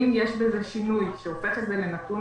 אם יש בזה שינוי שהופך את זה לנתון